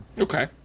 Okay